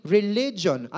religion